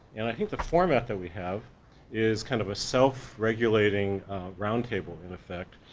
and i think the format that we have is kind of a self-regulating round table in effect,